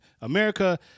America